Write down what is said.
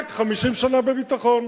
רק 50 שנה בביטחון.